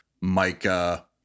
Micah